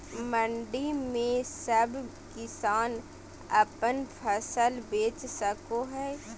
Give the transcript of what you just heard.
मंडी में सब किसान अपन फसल बेच सको है?